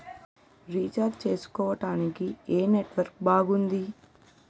Recharge చేసుకోవటానికి ఏం network బాగుంది?